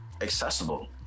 accessible